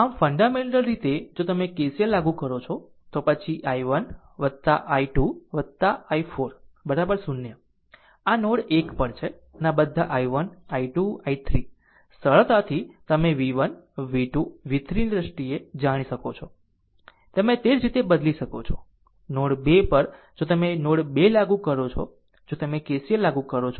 આમ ફન્ડામેન્ટલ રીતે જો તમે KCL લાગુ કરો છો પછી i1 i2 i4 0 આ નોડ 1 પર છે અને બધા i1 i2 i3 સરળતાથી તમે v 1 v 2 v 3 ની દ્રષ્ટિએ જાણી શકો છો તમે તે જ રીતે બદલી શકો છો નોડ 2 પર જો તમે નોડ 2 લાગુ કરો છો જો તમે KCL લાગુ કરો છો